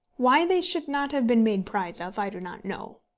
why they should not have been made prize of i do not know.